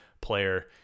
player